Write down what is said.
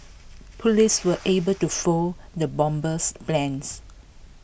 Police were able to foil the bomber's plans